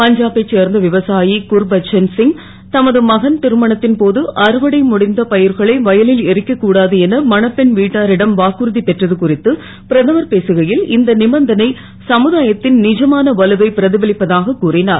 பஞ்சாபை சேர்ந்த விவசா குர்பச்சன் சிங் தமது மகன் ருமணத் ன்போது அறுவடை முடிந்த ப ர்களை வயலில் எரிக்க கூடாது என மணப்பெண் வீட்டாரிடம் வாக்குறு பெற்றது குறித்து பிரதமர் பேசுகை ல் இந்த பந்தனை சமுதாயத் ன் ஐமான வலுவை பிர பலிப்பதாக கூறினார்